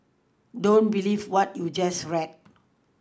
don't believe what you just read